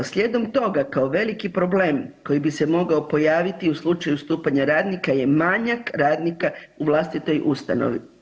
Slijedom toga kao veliki problem koji bi se mogao pojaviti u slučaju stupanja radnika je manjak radnika u vlastitoj ustanovi.